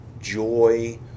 joy